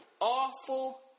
awful